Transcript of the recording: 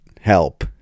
help